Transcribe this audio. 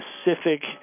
specific